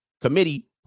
committee